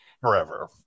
forever